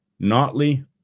Notley